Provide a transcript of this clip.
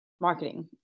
marketing